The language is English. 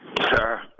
Sir